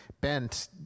bent